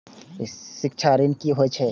शिक्षा ऋण की होय छै?